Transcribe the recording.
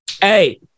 hey